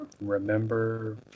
Remember